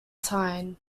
tyne